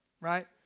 right